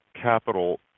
capital